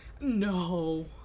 No